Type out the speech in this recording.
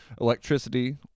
Electricity